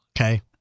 Okay